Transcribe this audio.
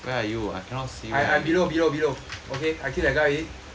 I I below below below okay I kill that guy already